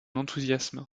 enthousiasme